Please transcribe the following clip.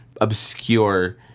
obscure